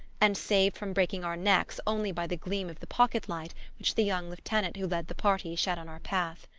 and saved from breaking our necks only by the gleam of the pocket-light which the young lieutenant who led the party shed on our path.